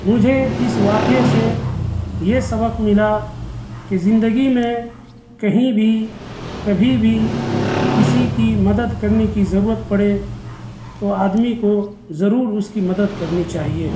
مجھے اس واقعے سے یہ سبق ملا کہ زندگی میں کہیں بھی کبھی بھی کسی کی مدد کرنے کی ضرورت پڑے تو آدمی کو ضرور اس کی مدد کرنی چاہیے